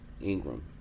Ingram